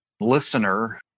listener